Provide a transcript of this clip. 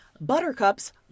Buttercups